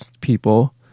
people